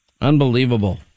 Unbelievable